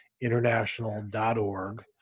international.org